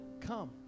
come